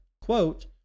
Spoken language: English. Quote